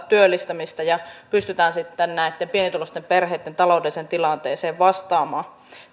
työllistämistä ja pystytään sitten näitten pienituloisten perheitten taloudelliseen tilanteeseen vastaamaan